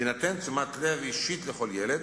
תינתן תשומת לב אישית לכל ילד,